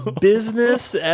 business